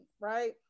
right